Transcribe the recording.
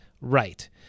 right